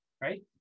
right